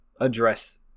address